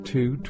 Two